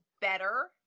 better